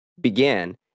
began